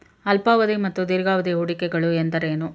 ಅಲ್ಪಾವಧಿ ಮತ್ತು ದೀರ್ಘಾವಧಿ ಹೂಡಿಕೆಗಳು ಎಂದರೇನು?